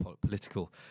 political